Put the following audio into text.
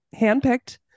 handpicked